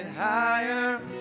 Higher